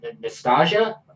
nostalgia